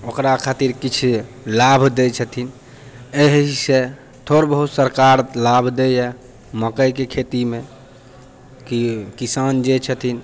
ओकरा खातिर किछु लाभ दै छथिन एहिसँ थोड़ बहुत सरकार लाभ दैइए मकइके खेतीमे कि किसान जे छथिन